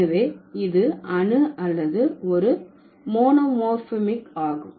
எனவே இது அணு அல்லது ஒரு மோனோமோர்பிமிக் ஆகும்